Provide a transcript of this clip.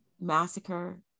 massacre